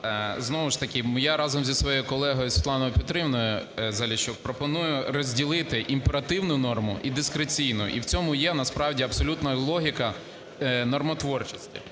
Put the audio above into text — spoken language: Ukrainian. Знову ж таки я разом зі своєю колегою Світланою Петрівною Заліщук пропоную розділити імперативну норму і дискреційну. І в цьому є, насправді, абсолютною логіка нормотворчості.